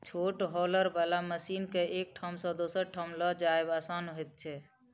छोट हौलर बला मशीन के एक ठाम सॅ दोसर ठाम ल जायब आसान होइत छै